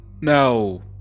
no